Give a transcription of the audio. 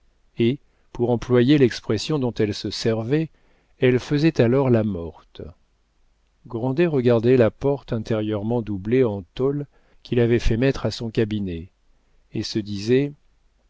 et pour employer l'expression dont elle se servait elle faisait alors la morte grandet regardait la porte intérieurement doublée en tôle qu'il avait fait mettre à son cabinet et se disait